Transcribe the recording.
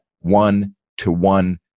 one-to-one